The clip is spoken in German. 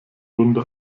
runde